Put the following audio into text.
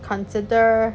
consider